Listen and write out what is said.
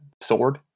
Sword